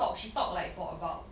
talk she talk like for about